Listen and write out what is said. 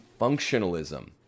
functionalism